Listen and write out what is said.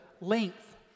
length